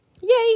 yay